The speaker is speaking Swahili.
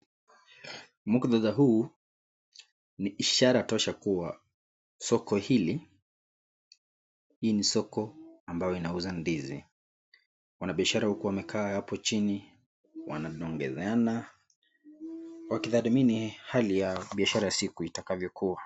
Muktadha huu ni ishara tosha kuwa soko hili, hii ni soko ambao inauza ndizi. Wanabiashara uku wamekaa hapo chini wananongoneana wakidhanimini hali ya biashara siku itakavyokuwa.